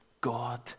God